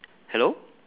hello